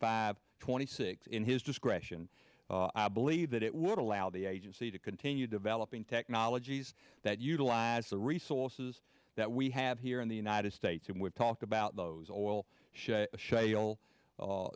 five twenty six in his discretion i believe that it would allow the agency to continue developing technologies that utilize the resources that we have here in the united states and we've talked about those oil sh